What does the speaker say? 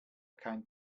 kein